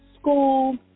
school